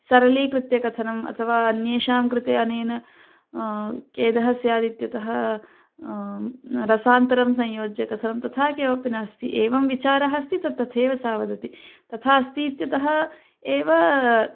सरलीकृत्य कथनम् अथवा अन्येषां कृते अनेन खेदः स्यात् इत्यतः रसान्तरं संयोज्य कथनं तथा किमपि नास्ति एवं विचारः अस्ति तत् तथैव सा वदति तथा अस्ति इत्यतः एव